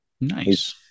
Nice